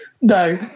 No